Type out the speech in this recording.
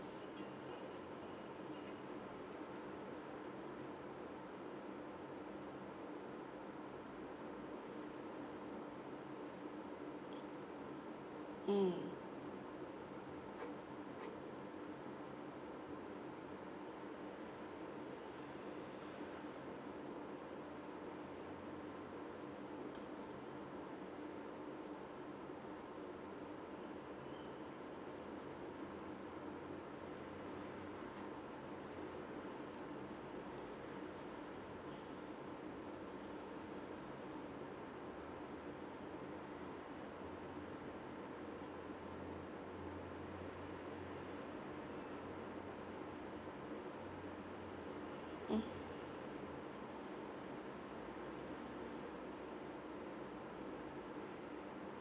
mm hmm